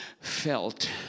felt